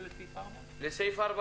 אחרי הפסקת גז,